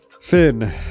Finn